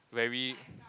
very